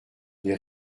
les